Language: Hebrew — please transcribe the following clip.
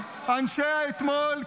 אנשי האתמול,